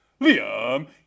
Liam